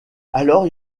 alors